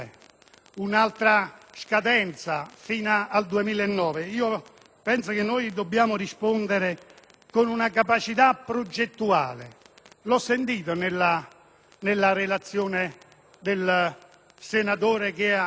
un'altra scadenza fino al 2009. Penso che dobbiamo rispondere con una capacità progettuale. Ho ascoltato la relazione del senatore Fluttero